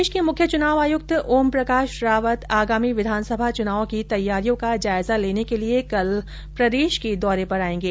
देश के मुख्य चुनाव आयुक्त ओम प्रकाश रावत आगामी विधानसभा चुनाव की तैयारियों का जायजा लेने के लिए कल प्रदेश के दौरे पर आयेंगे